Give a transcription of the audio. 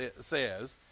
says